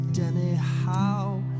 anyhow